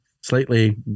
slightly